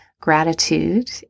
gratitude